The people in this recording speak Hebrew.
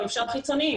גם אפשר חיצוניים,